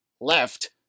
left